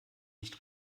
nicht